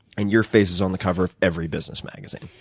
and your face is on the cover of every business magazine.